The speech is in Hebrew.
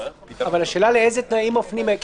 השאלה לאיזה תנאים מפנים?